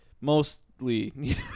mostly